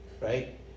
Right